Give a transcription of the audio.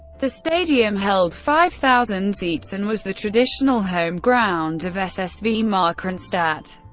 the stadium held five thousand seats and was the traditional home ground of ssv markranstadt.